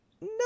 No